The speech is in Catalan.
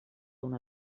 una